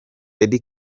eddy